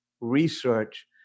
research